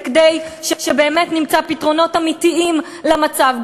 וכדי שבאמת נמצא פתרונות אמיתיים למצב,